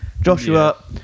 Joshua